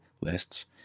lists